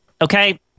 Okay